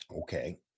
Okay